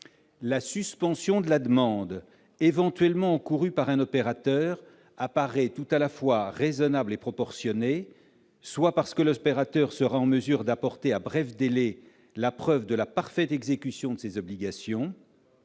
La suspension de la demande encourue par un opérateur apparaît tout à la fois raisonnable et proportionnée, soit parce que l'opérateur sera en mesure d'apporter, à bref délai, la preuve de la parfaite exécution de ses obligations,